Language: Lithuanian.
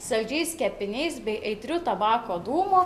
saldžiais kepiniais bei aitriu tabako dūmu